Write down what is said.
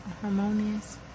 harmonious